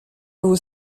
vos